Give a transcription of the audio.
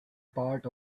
part